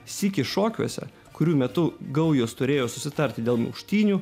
sykį šokiuose kurių metu gaujos turėjo susitarti dėl muštynių